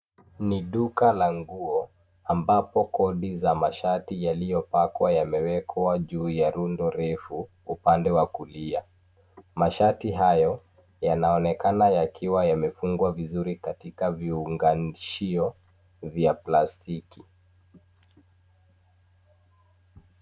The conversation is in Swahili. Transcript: Ni duka la nguo ambapo kodi za mashati yaliyopakwa yamewekwa juu ya rundo refu upande wa kulia. Mashati hayo yanaonekana yakiwa yamefungwa vizuri katika viunganishio vya plastiki.